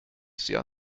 sehr